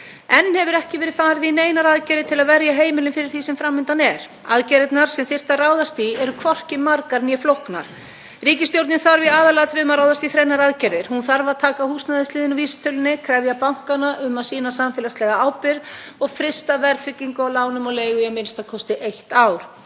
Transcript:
Enn hefur ekki verið farið í neinar aðgerðir til að verja heimilin fyrir því sem fram undan er. Aðgerðirnar sem þyrfti að ráðast í eru hvorki margar né flóknar. Ríkisstjórnin þarf í aðalatriðum að ráðast í þrennar aðgerðir: Hún þarf að taka húsnæðisliðinn úr vísitölunni, krefja bankana um að sýna samfélagslega ábyrgð og frysta verðtryggingu á lánum og leigu í a.m.k. eitt ár.